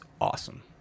awesome